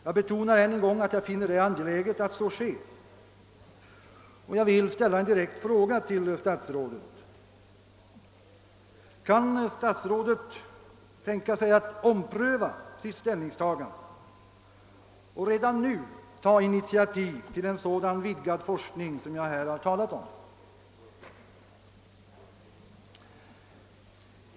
Jag betonar än en gång att jag finner det an geläget att så sker. Jag vill ställa en direkt fråga till statsrådet: Kan statsrådet tänka sig att ompröva sitt ställningstagande och redan nu ta initiativ till en sådan vidgad forskning som jag här talat om?